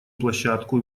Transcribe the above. площадку